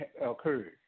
occurred